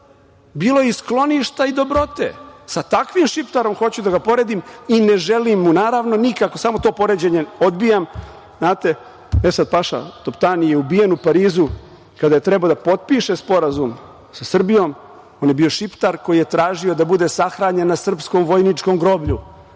bilo je i skloništa i dobrote. Sa takvim Šiptarom hoću da ga poredim i ne želim mu, naravno, nikako, samo to poređenje odbijam, znate, Esad-paša Toptani je ubijen u Parizu kada je trebao da potpiše sporazum sa Srbijom, on je bio Šiptar koji je tražio da bude sahranjen na srpskom vojničkom groblju.